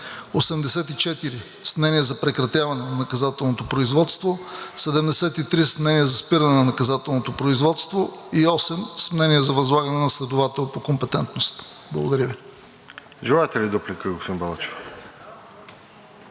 84 – с мнение за прекратяване на наказателното производство, 73 – с мнение за спиране на наказателното производство, и 8 – с мнение за възлагане на следовател по компетентност. Благодаря. ПРЕДСЕДАТЕЛ РОСЕН ЖЕЛЯЗКОВ: Желаете